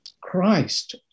Christ